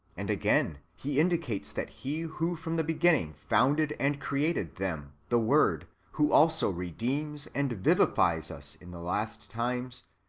and again, he indicates that he who from the beginning founded and created them, the word, who also redeems and vivifies us in the last times,